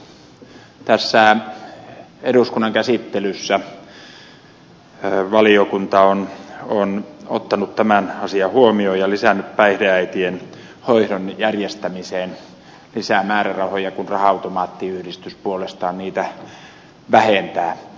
tässä eduskunnan käsittelyssä valiokunta on ottanut tämän asian huomioon ja lisännyt päihdeäitien hoidon järjestämiseen lisää määrärahoja kun raha automaattiyhdistys puolestaan niitä vähentää